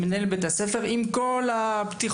שמנהל בית-הספר עם כל הפתיחות,